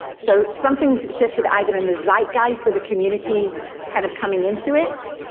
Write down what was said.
so something's shifted either in the zeitgeist of the community kind of coming into it,